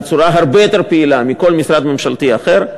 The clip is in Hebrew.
בצורה הרבה יותר פעילה מבכל משרד ממשלתי אחר,